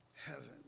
heaven